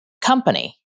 company